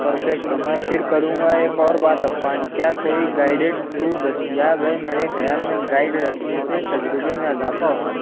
perfect میں پھر کروں گا ایک اور بات عفان کیا کوئی گائیڈیڈ ٹور دستیاب ہے میرے خیال میں گائیڈ رکھنے سے تجربے میں اضافہ ہوگا